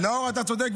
אתה צודק,